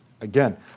again